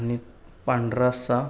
आणि पांढरा रस्सा